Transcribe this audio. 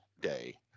day